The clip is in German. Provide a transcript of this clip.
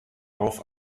auf